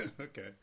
Okay